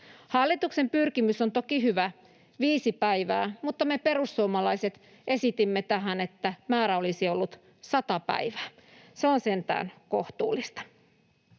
Hallituksen pyrkimys on toki hyvä — viisi päivää — mutta me perussuomalaiset esitimme tähän, että määrä olisi ollut 100 päivää. Se on sentään kohtuullista.